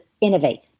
innovate